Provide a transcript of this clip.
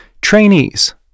Trainees